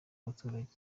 abaturage